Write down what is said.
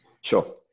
Sure